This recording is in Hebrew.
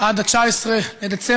עד 19 בדצמבר,